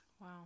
Wow